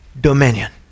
Dominion